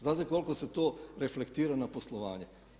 Znate koliko se to reflektira na poslovanje?